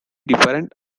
different